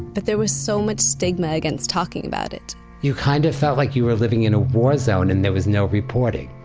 but there was so much stigma against talking about it you kind of felt like you were living in a war zone, and there was no reporting.